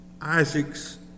Isaac's